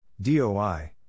DOI